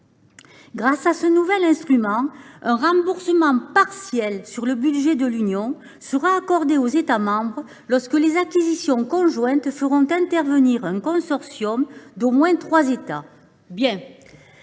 Grâce à ce nouveau dispositif, un remboursement partiel sur le budget de l’Union sera accordé aux États membres pour les acquisitions conjointes faisant intervenir un consortium d’au moins trois États. Le